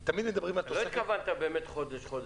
אתה לא התכוונת באמת כל חודש וחודש.